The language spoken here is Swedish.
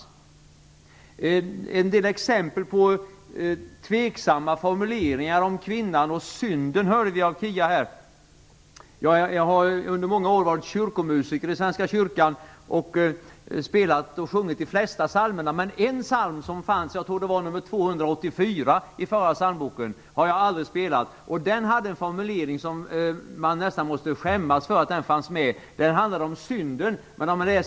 Vi hörde en del exempel på tveksamma formuleringar om kvinnan och synden av Kia Andreasson. Jag har under många år varit kyrkomusiker i svenska kyrkan och spelat och sjungit de flesta psalmerna. Men en psalm i förra psalmboken, jag tror att det var nummer 284, har jag aldrig spelat. Den hade en formulering som gjorde att man nästan skämdes över att den fanns med. Det handlade om synden.